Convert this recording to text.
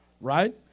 Right